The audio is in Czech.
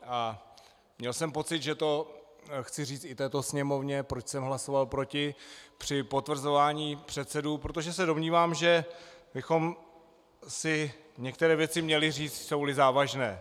A měl jsem pocit, že to chci říct i této Sněmovně, proč jsem hlasoval proti při potvrzování předsedů, protože se domnívám, že bychom si některé věci měli říct, jsouli závažné.